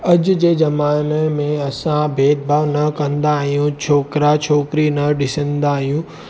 अॼु जे ज़माने में असां भेदभाव न कंदा आ्यूंहि छोकिरा छोकिरी न ॾिसंदा आहियूं